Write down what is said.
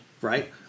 Right